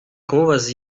kumubaza